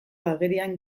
agerian